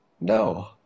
No